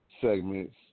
segments